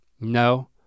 no